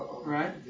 right